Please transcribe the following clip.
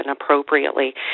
appropriately